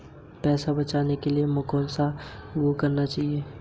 पैसा बचाने की तुलना में पैसा निवेश करना जोखिम भरा क्यों है?